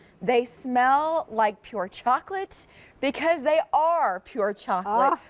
they smell like pure chocolate because they are pure chocolate.